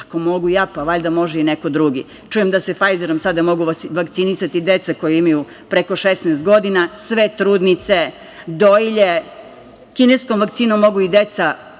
Ako mogu ja, pa valjda može i neko drugi. Čujem da se fajzerom sada mogu vakcinisati deca koja imaju preko 16 godina. Sve trudnice, dojilje. Kineskom vakcinom mogu i deca